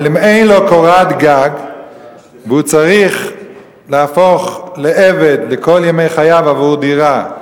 אבל אם אין לו קורת-גג והוא צריך להפוך לעבד לכל ימי חייו עבור דירה,